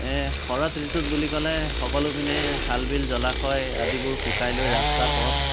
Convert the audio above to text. এই শৰৎ ঋতুত বুলি ক'লে সকলো পিনে খাল বিল জলাশয় আদিবোৰ শুকাই লৈ ৰাস্তা পথ